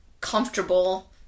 comfortable